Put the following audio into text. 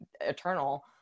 eternal